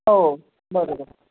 हो बरोबर